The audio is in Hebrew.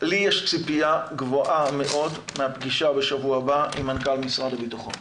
לי יש ציפייה גבוהה מאוד מהפגישה בשבוע הבא עם מנכ"ל משרד הביטחון.